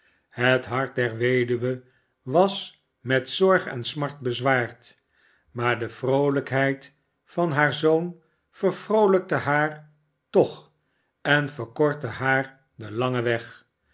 het hart der weduwe was met zorg en smart bezwaard maar de vroolijkheid van haar zoon vervroolijkte haar toch en verkortte haar den langen weg